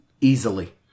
easily